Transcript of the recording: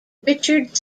richard